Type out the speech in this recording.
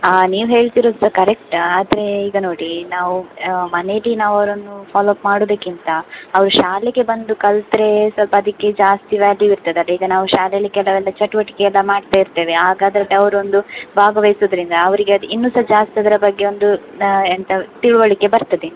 ಆಂ ನೀವು ಹೇಳ್ತಿರುದು ಸಹ ಕರೆಕ್ಟ್ ಆದರೆ ಈಗ ನೋಡಿ ನಾವು ಮನೇಲ್ಲಿ ನಾವು ಅವರನ್ನು ಫಾಲೋಅಪ್ ಮಾಡುವುದಕ್ಕಿಂತ ಅವ್ರು ಶಾಲೆಗೆ ಬಂದು ಕಲ್ತರೆ ಸ್ವಲ್ಪ ಅದಕ್ಕೆ ಜಾಸ್ತಿ ವ್ಯಾಲ್ಯೂ ಇರ್ತದಲ್ವ ಈಗ ನಾವು ಶಾಲೇಲ್ಲಿ ಕೆಲವೆಲ್ಲ ಚಟುವಟಿಕೆ ಎಲ್ಲ ಮಾಡ್ತಾ ಇರ್ತೇವೆ ಆಗ ಅದ್ರದ್ದು ಅವ್ರು ಒಂದು ಭಾಗವಹಿಸುದ್ರಿಂದ ಅವರಿಗೆ ಅದು ಇನ್ನೂ ಸಹ ಜಾಸ್ತಿ ಅದರ ಬಗ್ಗೆ ಒಂದು ಎಂತ ತಿಳಿವಳಿಕೆ ಬರ್ತದೆ